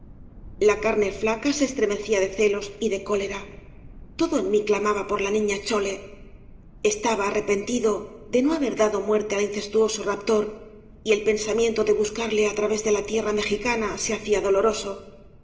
la carne flaca se estremecía de celos y de cólera todo en mí clamaba por la niña chole estaba arrepentido de no haber dado muerte al incestuoso raptor y el pensamiento de buscarle á través de la tierra mexicana se hacía doloroso era